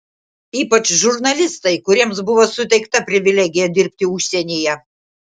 ypač žurnalistai kuriems buvo suteikta privilegija dirbti užsienyje